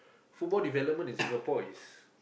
football development in Singapore is